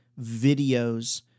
videos